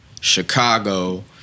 Chicago